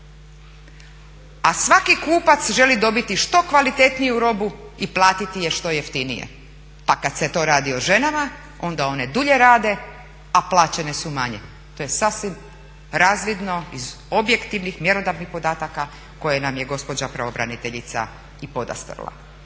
A svaki kupac želi dobiti što kvalitetniju robu i platiti je što jeftinije. Pa kad se tu radi o ženama onda one dulje rade, a plaćene su manje. I to je sasvim razvidno iz objektivnih, mjerodavnih podataka koje nam je gospođa pravobraniteljica i podastrla.